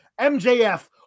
MJF